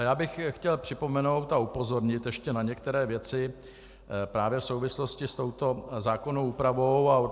Já bych chtěl připomenout a upozornit ještě na některé věci právě v souvislosti s touto zákonnou úpravou.